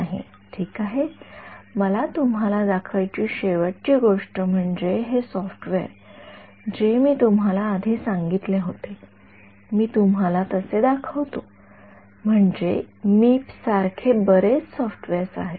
नाही ठीक आहे मला तुम्हाला दाखयची शेवटची गोष्ट म्हणजे हे सॉफ्टवेअर जे मी तुम्हाला आधी सांगितले होते मी तुम्हाला तसे दाखवतो म्हणजे मीप सारखे बरेच सॉफ्टवेअर आहेत